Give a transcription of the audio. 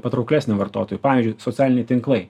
patrauklesnė vartotojui pavyzdžiui socialiniai tinklai